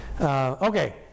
Okay